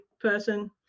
person